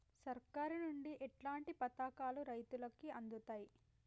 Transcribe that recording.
సర్కారు నుండి ఎట్లాంటి పథకాలు రైతులకి అందుతయ్?